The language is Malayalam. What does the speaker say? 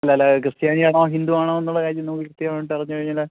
അല്ലല്ല ക്രിസ്ത്യാനിയാണോ ഹിന്ദു ആണോ എന്നുള്ള കാര്യം നമുക്ക് കൃത്യമായിട്ട് അറിഞ്ഞുകഴിഞ്ഞാല്